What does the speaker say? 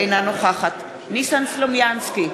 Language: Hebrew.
אינה נוכחת ניסן סלומינסקי,